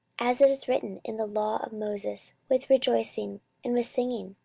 as it is written in the law of moses, with rejoicing and with singing,